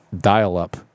dial-up